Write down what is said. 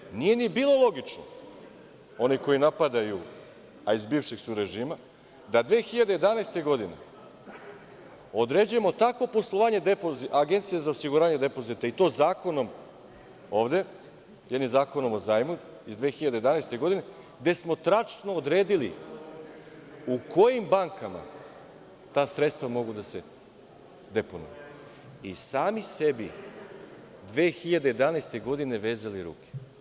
Isto tako, nije ni bilo logično, oni koji napadaju, a iz bivšeg su režima, da 2011. godine određujemo takvo poslovanje Agencije za osiguranje depozita, i to zakonom ovde, jednim Zakonom o zajmu iz 2011. godine, gde smo tačno odredili u kojim bankama ta sredstva mogu da se deponuju i sami sebi 2011. godine vezali ruke.